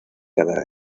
cada